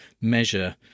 measure